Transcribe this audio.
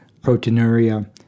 proteinuria